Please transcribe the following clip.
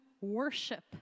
worship